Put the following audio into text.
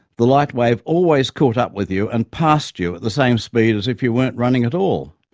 the light wave always caught up with you and passed you at the same speed as if you weren't running at all?